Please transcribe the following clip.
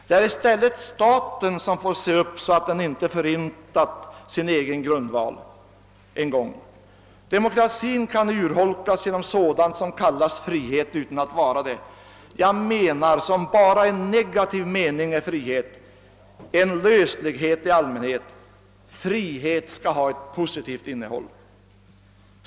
Det är i stället staten som får se upp så att den inte förintar sin egen grundval. Demokratin kan urholkas genom sådant som kallas frihet utan att vara det — jag menar alltså sådant som bara i negativ mening är frihet: en löslighet i allmänhet. Frihet skall ha ett positivt innehåll.